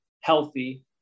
healthy